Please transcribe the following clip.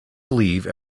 believe